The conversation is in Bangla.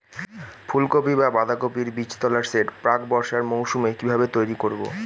ফুলকপি বা বাঁধাকপির বীজতলার সেট প্রাক বর্ষার মৌসুমে কিভাবে তৈরি করব?